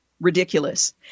Ridiculous